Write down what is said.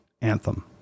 anthem